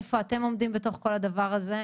איפה אתם עומדים בתוך כל הדבר הזה?